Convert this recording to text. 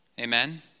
Amen